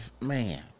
man